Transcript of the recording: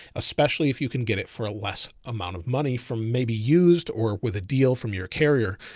especially if you can get it for a less amount of money from maybe used or with a deal from your carrier.